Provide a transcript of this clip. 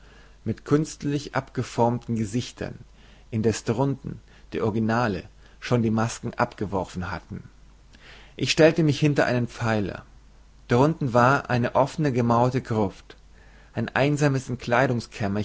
mit künstlich abgeformten gesichtern indeß drunten die originale schon die masken abgeworfen hatten ich stellte mich hinter einen pfeiler drunten war eine offene gemauerte gruft ein einsames